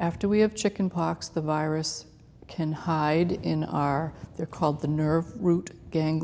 after we have chicken pox the virus can hide in our they're called the nerve root gang